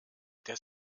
des